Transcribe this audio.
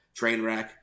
Trainwreck